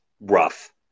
rough